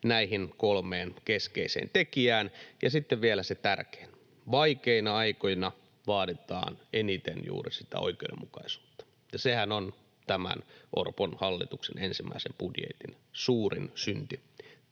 näihin kolmeen keskeiseen tekijään. Ja sitten vielä se tärkein: vaikeina aikoina vaaditaan eniten juuri oikeudenmukaisuutta, ja sehän on tämän Orpon hallituksen ensimmäisen budjetin suurin synti